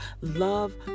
love